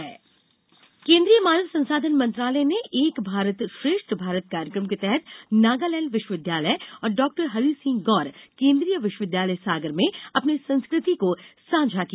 एक भारत श्रेष्ठ भारत सागर केन्द्रीय मानव संसाधन मंत्रालय के एक भारत श्रेष्ठ भारत कार्यक्रम के तहत नागालैण्ड विश्वविद्यालय और डॉक्टर हरिसिंह गौर केन्द्रीय विश्वविद्यालय सागर में अपने संस्कृति को सांझा किया